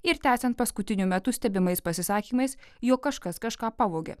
ir tęsiant paskutiniu metu stebimais pasisakymais jog kažkas kažką pavogė